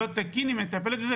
הוא היחיד שלא תקין והיא מטפלת בזה.